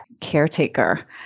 caretaker